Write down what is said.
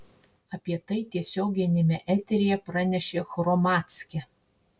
apie tai tiesioginiame eteryje pranešė hromadske